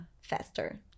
faster